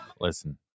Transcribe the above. Listen